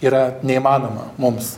yra neįmanoma mums